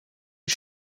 est